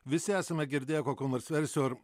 visi esame girdėję kokių nors versijų ar